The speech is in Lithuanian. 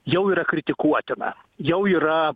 jau yra kritikuotina jau yra